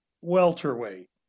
welterweight